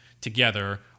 together